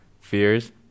fears